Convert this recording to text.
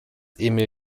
emil